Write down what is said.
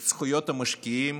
את זכויות המשקיעים,